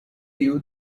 you